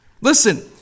Listen